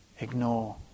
ignore